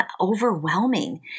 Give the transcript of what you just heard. overwhelming